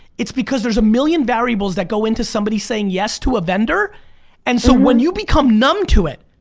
it's because there's a million variables that go into somebody saying yes to a vendor and so when you become numb to it,